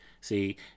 see